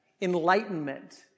enlightenment